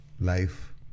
life